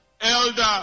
elder